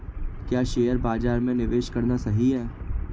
क्या शेयर बाज़ार में निवेश करना सही है?